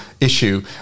issue